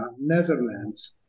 Netherlands